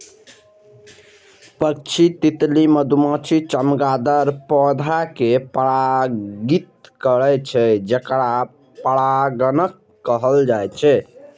पक्षी, तितली, मधुमाछी, चमगादड़ पौधा कें परागित करै छै, जेकरा परागणक कहल जाइ छै